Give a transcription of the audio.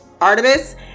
artemis